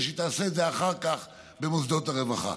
שהיא תעשה את זה אחר כך במוסדות הרווחה.